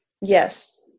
yes